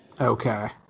Okay